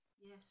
Yes